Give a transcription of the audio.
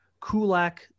Kulak